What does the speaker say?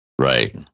Right